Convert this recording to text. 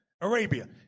Arabia